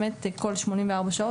באמת כל 84 שעות,